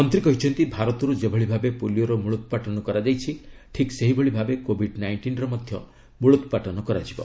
ମନ୍ତ୍ରୀ କହିଛନ୍ତି ଭାରତରୁ ଯେଭଳି ଭାବେ ପୋଲିଓର ମୂଳୋତ୍ପାଟନ କରାଯାଇଛି ସେହିଭଳି ଭାବେ କୋବିଡ୍ ନାଇଷ୍ଟିନ୍ର ମଧ୍ୟ ମ୍ବଳୋପ୍ପାଟନ କରାଯିବ